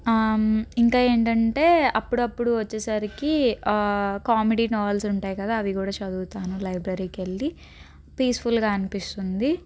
ఇంకా ఏంటంటే అప్పుడప్పుడు వచ్చేసరికి కామెడీ నావల్స్ ఉంటాయి కదా అవి కూడా చదువుతాను లైబ్రరీకి వెళ్ళి పీస్ఫుల్గా అనిపిస్తుంది